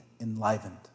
enlivened